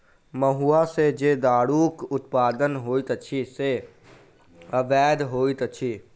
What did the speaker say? महुआ सॅ जे दारूक उत्पादन होइत अछि से अवैध होइत अछि